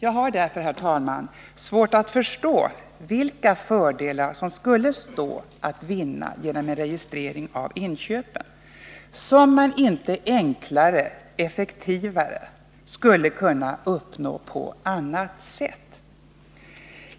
Jag har därför, herr talman, svårt att förstå vilka fördelar som skulle stå att vinna genom en registrering av inköpen, fördelar som man inte enklare och effektivare skulle kunna uppnå på annat sätt.